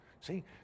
See